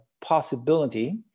possibility